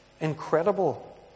incredible